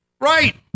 Right